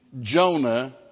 Jonah